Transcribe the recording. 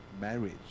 marriage